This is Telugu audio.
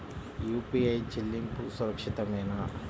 యూ.పీ.ఐ చెల్లింపు సురక్షితమేనా?